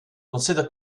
consider